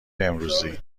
امروزی